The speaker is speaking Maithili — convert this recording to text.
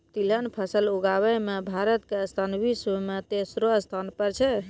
तिलहन फसल उगाबै मॅ भारत के स्थान विश्व मॅ तेसरो स्थान पर छै